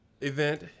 event